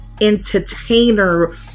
entertainer